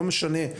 לא משנה,